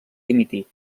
dimitir